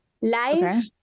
Life